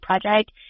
project